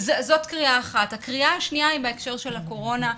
הקריאה השניה היא בהקשר של הקורונה,